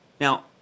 Now